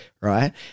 right